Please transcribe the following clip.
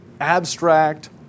abstract